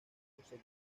muchos